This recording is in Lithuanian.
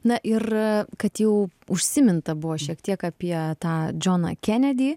na ir kad jau užsiminta buvo šiek tiek apie tą džoną kenedį